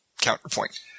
counterpoint